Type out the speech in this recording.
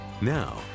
Now